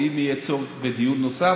ואם יהיה צורך בדיון נוסף,